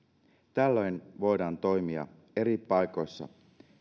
tällöin voidaan toimia eri paikoissa